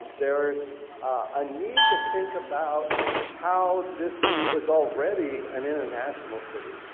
there's a need to think about how this city is already an international city.